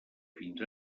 fins